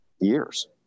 years